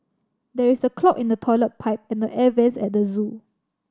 there is a clog in the toilet pipe and the air vents at the zoo